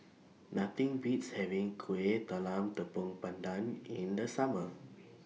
Nothing Beats having Kuih Talam Tepong Pandan in The Summer